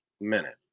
minute